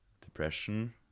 depression